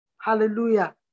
hallelujah